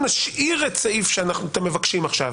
נשאיר את הסעיף שאתם מבקשים עכשיו,